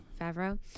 Favreau